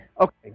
Okay